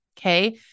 Okay